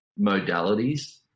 modalities